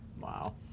Wow